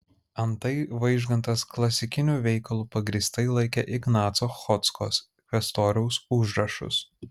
antai vaižgantas klasikiniu veikalu pagrįstai laikė ignaco chodzkos kvestoriaus užrašus